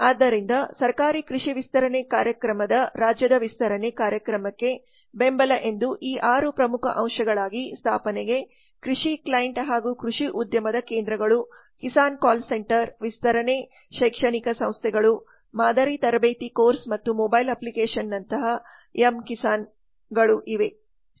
ಆದ್ದರಿಂದ ಸರಕಾರಿ ಕೃಷಿ ವಿಸ್ತರಣೆ ಕಾರ್ಯಕ್ರಮದ ರಾಜ್ಯದ ವಿಸ್ತರಣೆ ಕಾರ್ಯಕ್ರಮಕ್ಕೆ ಬೆಂಬಲ ಎಂದು ಈ ಆರು ಪ್ರಮುಖ ಅಂಶಗಳಾಗಿ ಸ್ಥಾಪನೆಗೆ ಕೃಷಿ ಕ್ಲೈಂಟ್ ಹಾಗೂ ಕೃಷಿ ಉದ್ಯಮದ ಕೇಂದ್ರಗಳು ಕಿಸಾನ್ ಕಾಲ್ ಸೆಂಟರ್ ವಿಸ್ತರಣೆ ಶೈಕ್ಷಣಿಕ ಸಂಸ್ಥೆಗಳು ಮಾದರಿ ತರಬೇತಿ ಕೋರ್ಸ್ ಮತ್ತು ಮೊಬೈಲ್ ಅಪ್ಲಿಕೇಶನ್ ಅಭಿವೃದ್ಧಿ ನಂತಹ m ಕಿಸಾನ್ m Kisan